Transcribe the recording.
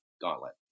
gauntlet